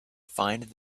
find